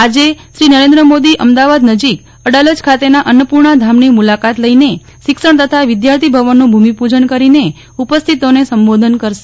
આજે શ્રી નરેન્દ્ર મોદી અમદાવાદ નજીક અડાલજ ખાતેના અન્નપૂર્ણા ધામની મુલાકાત લઈને શિક્ષણ તથા વિદ્યાર્થી ભવનનું ભૂમિપૂજન કરીને ઉપસ્થિતોને સંબોધન કરશે